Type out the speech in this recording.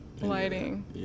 lighting